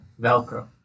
Velcro